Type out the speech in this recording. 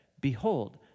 Behold